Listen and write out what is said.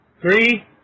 Three